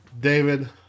David